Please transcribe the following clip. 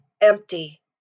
empty